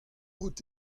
out